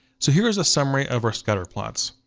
so here is a summary of our scatterplots.